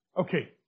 Okay